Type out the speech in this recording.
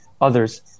others